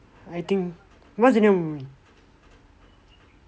I think what's the name of the movie